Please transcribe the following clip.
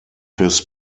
his